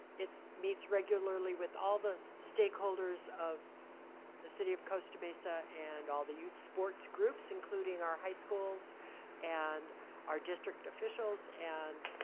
meets regularly with all the stakeholders of the city of costa mesa and all the youth sports groups including our high schools and our district officials and